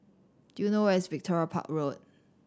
do you know where is Victoria Park Road